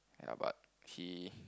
ya but he